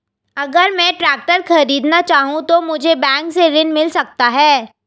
अगर मैं ट्रैक्टर खरीदना चाहूं तो मुझे बैंक से ऋण मिल सकता है?